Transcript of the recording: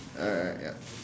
alright alright ya